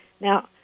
now